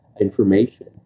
information